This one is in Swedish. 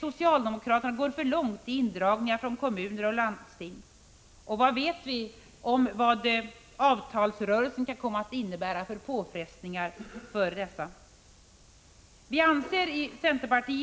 Socialdemokraterna går för långt när det gäller indragningar från kommuner och landsting. Vad vet vi om vilka påfrestningar för dessa som avtalsrörelsen kan komma att innebära? Från centerpartiets